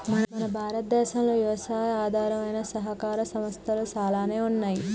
మన భారతదేసంలో యవసాయి ఆధారమైన సహకార సంస్థలు సాలానే ఉన్నాయి